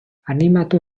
animatu